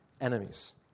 enemies